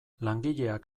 langileak